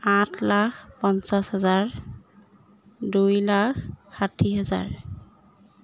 আঠ লাখ পঞ্চাছ হাজাৰ দুই লাখ ষাঠি হাজাৰ